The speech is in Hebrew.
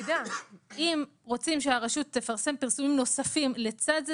אם רוצים שהרשות תפרסם פרסומים נוספים לצד זה,